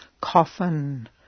coffin